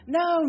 no